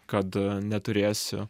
kad neturėsiu